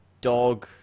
dog